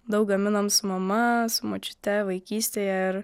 daug gaminam su mama su močiute vaikystėje ir